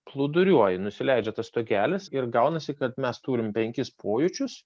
plūduriuoji nusileidžia tas stogelis ir gaunasi kad mes turim penkis pojūčius